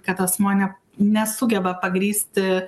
kad asmuo ne nesugeba pagrįsti